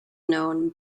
known